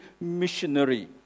missionary